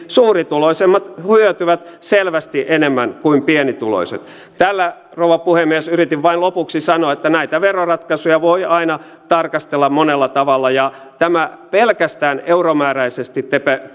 suurituloisimmat hyötyvät selvästi enemmän kuin pienituloiset tällä rouva puhemies yritin vain lopuksi sanoa että näitä veroratkaisuja voi aina tarkastella monella tavalla tämä pelkästään euromääräisesti